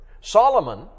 Solomon